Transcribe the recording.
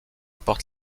porte